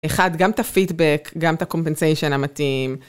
אחד, גם את הפידבק, גם את הקומפנסיישן המתאים.